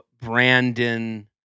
Brandon